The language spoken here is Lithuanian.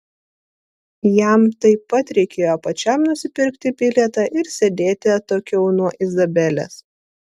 jam taip pat reikėjo pačiam nusipirkti bilietą ir sėdėti atokiau nuo izabelės